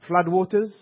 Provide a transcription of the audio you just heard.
floodwaters